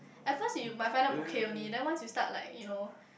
at first you might find out okay only then once you start like you know